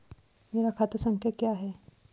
मेरा खाता संख्या क्या है?